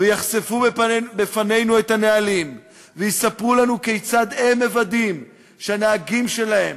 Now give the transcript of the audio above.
יחשפו בפנינו את הנהלים ויספרו לנו כיצד הם מוודאים שהנהגים שלהם